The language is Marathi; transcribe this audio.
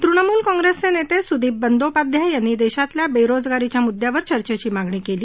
तृणमूल कॉंग्रेसचे नेते सुदीप बंदोपाध्याय यांनी देशातील बेरोजगारीच्या मुद्यावर चर्चेची मागणी केली